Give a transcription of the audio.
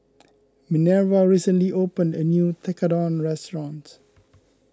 Minerva recently opened a new Tekkadon restaurant